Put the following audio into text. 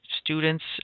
students